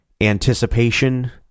anticipation